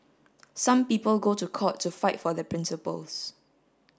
some people go to court to fight for their principles